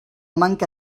manca